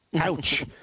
Ouch